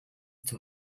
zum